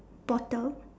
bottle